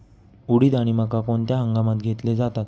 उडीद आणि मका कोणत्या हंगामात घेतले जातात?